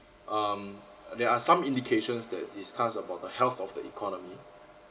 um there are some indications that discuss about the health of the economy